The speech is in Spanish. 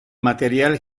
material